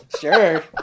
Sure